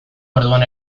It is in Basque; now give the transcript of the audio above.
orduan